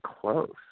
close